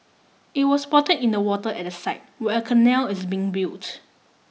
it was spotted in the water at the site where a canal is being built